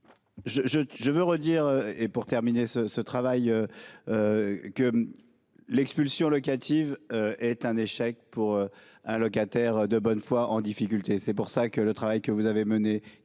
je veux redire et pour terminer ce ce travail. Que. L'expulsion locative est un échec pour un locataire de bonne foi en difficulté c'est pour ça que le travail que vous avez menée